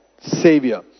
savior